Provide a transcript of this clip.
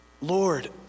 Lord